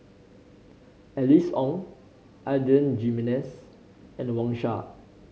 Alice Ong Adan Jimenez and Wang Sha